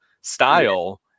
style